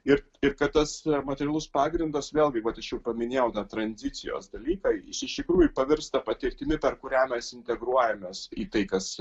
ir ir kad tas materialus pagrindas vėlgi vat aš jau paminėjau tą tranzicijos dalyką jis iš tikrųjų pavirsta patirtimi per kurią mes integruojamės į tai kas